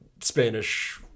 Spanish